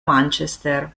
manchester